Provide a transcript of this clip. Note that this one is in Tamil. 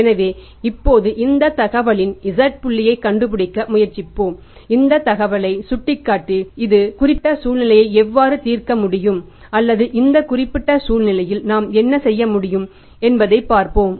எனவே இப்போது இந்த தகவலின் z புள்ளியைக் கண்டுபிடிக்க முயற்சிப்போம் இந்த தகவலை சுட்டிக்காட்டி இந்த குறிப்பிட்ட சூழ்நிலையை எவ்வாறு தீர்க்க முடியும் அல்லது இந்த குறிப்பிட்ட சூழ்நிலையில் நாம் என்ன செய்ய முடியும் என்பதைப் பார்ப்போம்